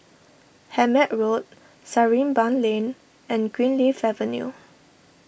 Hemmant Road Sarimbun Lane and Greenleaf Avenue